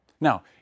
Now